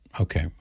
okay